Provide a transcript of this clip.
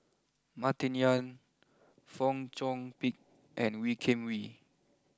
Martin Yan Fong Chong Pik and Wee Kim Wee